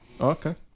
okay